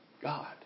God